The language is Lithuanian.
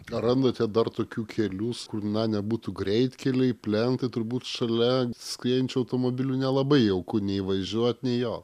ar randate dar tokių kelius kur na nebūtų greitkeliai plentai turbūt šalia skriejančių automobilių nelabai jauku nei važiuot nei jo